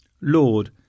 Lord